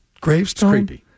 gravestone